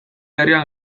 herrian